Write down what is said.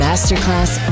Masterclass